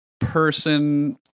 person